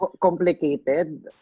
complicated